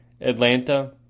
Atlanta